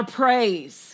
praise